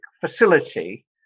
facility